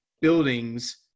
buildings